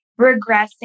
regressing